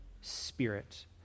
spirit